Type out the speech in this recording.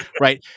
Right